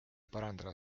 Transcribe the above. parandada